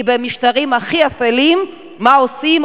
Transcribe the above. כי במשטרים הכי אפלים, מה עושים?